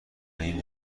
این